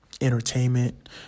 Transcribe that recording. entertainment